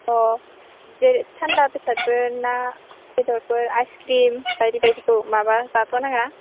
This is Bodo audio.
अ थान्दा बेसादफोर ना बेदरफोर आइसक्रिम बायदि बायदिखौ माबा जाथ' नाङा